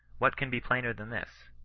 what can be plainer than this?